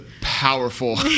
powerful